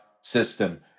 system